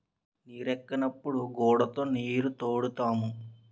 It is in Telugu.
నీరెక్కనప్పుడు గూడతో నీరుతోడుతాము